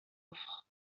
offre